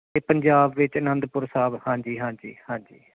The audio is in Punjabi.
ਅਤੇ ਪੰਜਾਬ ਵਿੱਚ ਅਨੰਦਪੁਰ ਸਾਹਿਬ ਹਾਂਜੀ ਹਾਂਜੀ ਹਾਂਜੀ